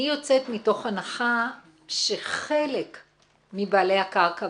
אני יוצאת מתוך הנחה שחלק מבעלי הקרקע,